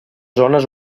zones